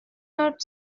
not